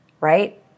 right